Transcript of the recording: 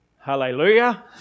Hallelujah